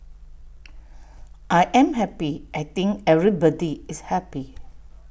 I'm happy I think everybody is happy